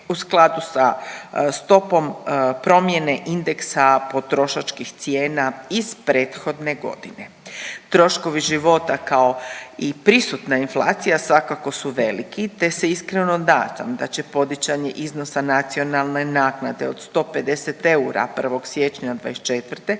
u skladu sa stopom promjene indeksa potrošačkih cijena iz prethodne godine. Troškovi života kao i prisutna inflacija svakako su veliki, te se iskreno nadam da će povećanje iznosa nacionalne naknade od 150 eura 1. siječnja 2024.